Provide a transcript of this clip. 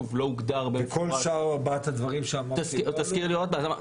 שלושת הנושאים האחרים שהזכרתי לא עלו?